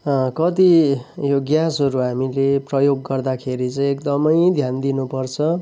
कति यो ग्यासहरू हामीले प्रयोग गर्दाखेरि चाहिँ एकदमै ध्यान दिनु पर्छ